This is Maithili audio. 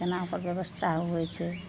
कोनाके ओकर बेबस्था होबै छै